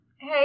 Hey